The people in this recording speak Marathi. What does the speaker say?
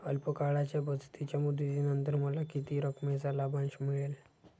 अल्प काळाच्या बचतीच्या मुदतीनंतर मला किती रकमेचा लाभांश मिळेल?